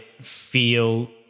feel